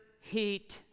heat